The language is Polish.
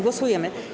Głosujemy.